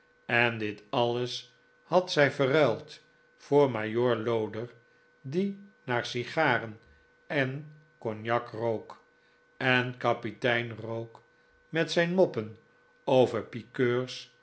en dit alles had zij verruild voor majoor loder die naar sigaren en cognac rook en kapitein rook met zijn moppen over pikeurs